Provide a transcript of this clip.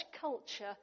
culture